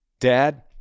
Dad